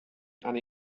and